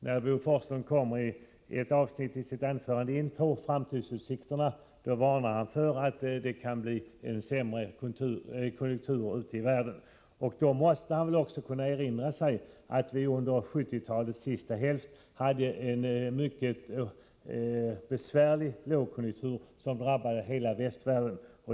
När Bo Forslund i ett avsnitt av sitt anförande kom in på framtidsutsikterna varnade han för att det kan bli en sämre konjunktur ute i världen. Men då måste han också kunna erinra sig att vi under 1970-talets sista hälft hade en mycket besvärlig lågkonjunktur, som drabbade hela västvärlden.